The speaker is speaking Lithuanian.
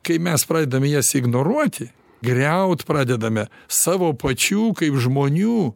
kai mes pradedam jas ignoruoti griaut pradedame savo pačių kaip žmonių